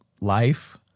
life